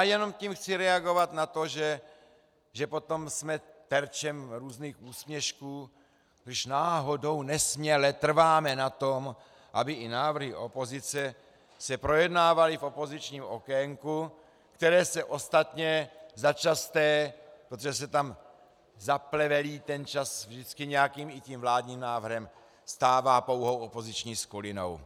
Jenom tím chci reagovat na to, že potom jsme terčem různých úsměšků, když náhodou nesměle trváme na tom, aby i návrhy opozice se projednávaly v opozičním okénku, které se ostatně začasté, protože se tam zaplevelí ten čas vždycky i nějakým tím vládním návrhem, stává pouhou opoziční skulinou.